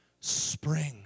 Spring